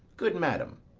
good madam!